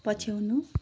पछ्याउनु